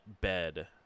Bed